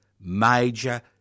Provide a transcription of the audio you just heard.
major